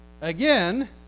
Again